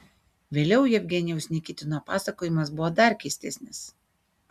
vėliau jevgenijaus nikitino pasakojimas buvo dar keistesnis